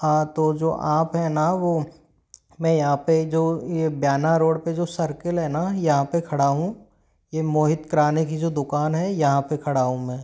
हाँ तो जो आप हैं ना वो मैं यहाँ पर जो ये बयाना रोड पर जो सर्कल है ना यहाँ पर खड़ा हूँ ये मोहित किराने की जो दुकान है यहाँ पर खड़ा हूँ मैं